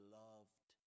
loved